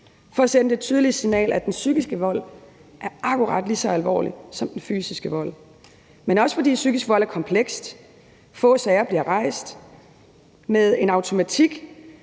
for at sende det tydelige signal, at den psykiske vold er akkurat lige så alvorlig som den fysiske vold, men det er også, fordi psykisk vold er komplekst. Få sager bliver rejst. Med en automatisk